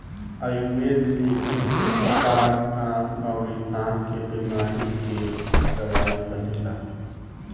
आयुर्वेद में एसे कपार, कान अउरी आंख के बेमारी के दवाई बनेला